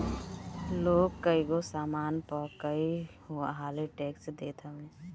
लोग कईगो सामान पअ कई हाली टेक्स देत हवे